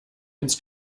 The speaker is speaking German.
ins